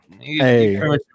Hey